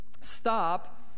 stop